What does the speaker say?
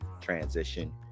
transition